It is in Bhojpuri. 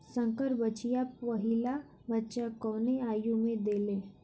संकर बछिया पहिला बच्चा कवने आयु में देले?